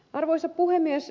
arvoisa puhemies